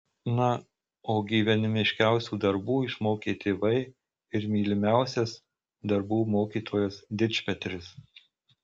na o gyvenimiškiausių darbų išmokė tėvai ir mylimiausias darbų mokytojas dičpetris